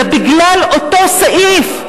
אלא בגלל אותו סעיף,